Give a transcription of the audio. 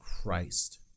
christ